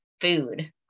food